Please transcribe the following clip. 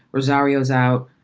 rosario's out.